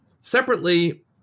Separately